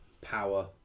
power